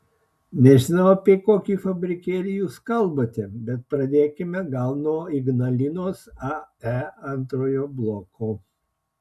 nežinau apie kokį fabrikėlį jūs kalbate bet pradėkime gal nuo ignalinos ae antrojo bloko